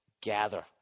gather